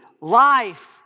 life